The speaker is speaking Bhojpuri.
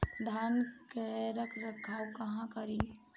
धान के रख रखाव कहवा करी?